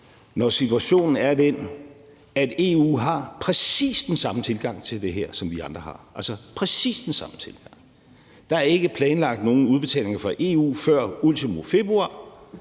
når situationen er den, at EU har præcis den samme tilgang til det her, som vi andre har – præcis den samme tilgang. Der er ikke planlagt nogen udbetalinger fra EU før ultimo februar,